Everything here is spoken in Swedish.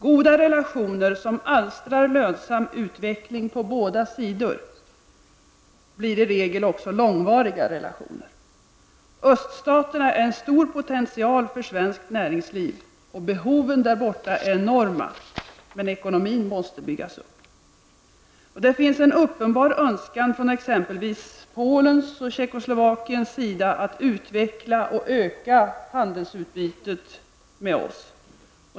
Goda relationer som alstrar lönsam utveckling på båda sidor blir i regel också långvariga relationer. Öststaterna är en stor potential för svenskt näringsliv, och behoven där borta är enorma, men ekonomin måste byggas upp. Det finns en uppenbar önskan från exempelvis Polen och Tjeckoslovakien att utveckla och öka handelsutbytet med oss.